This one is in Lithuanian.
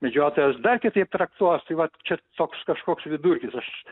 medžiotojas dar kitaip traktuos tai vat čia toks kažkoks vidurkis aš